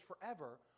forever